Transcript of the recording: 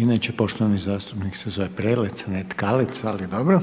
Inače poštovani zastupnike se zove Prelec, ne Tkalec, ali dobro,